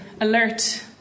alert